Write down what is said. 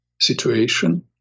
situation